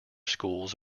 schools